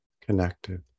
connected